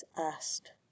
asked